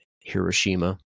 Hiroshima